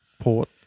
Port